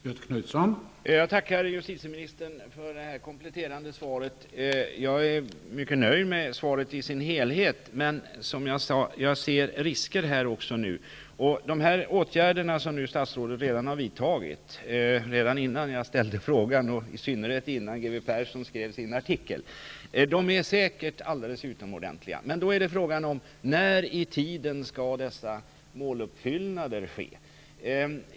Herr talman! Jag tackar justitieministern för det kompletterande svaret. Jag är mycket nöjd med svaret i sin helhet. Men jag ser också risker. De åtgärder som statsrådet vidtagit redan innan jag ställde frågan, i synnerhet innan Leif G. W. Persson skrev sin artikel, är säkert alldeles utomordentliga. Men när i tiden skall dessa mål uppfyllas?